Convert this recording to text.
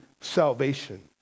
salvation